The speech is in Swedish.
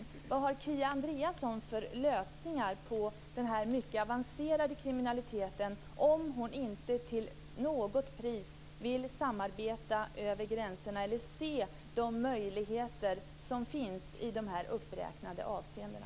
Vilka lösningar har Kia Andreasson för att komma åt den mycket avancerade kriminaliteten, om hon inte till något pris vill samarbeta över gränserna eller se de möjligheter som finns i dessa uppräknade avseenden?